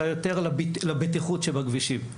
אלא יותר לבטיחות שבכבישים.